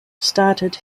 started